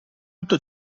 tutto